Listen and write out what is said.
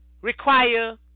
require